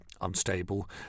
unstable